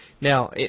Now